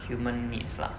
human needs lah